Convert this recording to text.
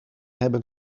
hebben